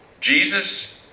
Jesus